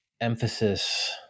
emphasis